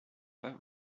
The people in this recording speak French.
pas